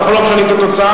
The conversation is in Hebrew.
אנחנו לא משנים את התוצאה.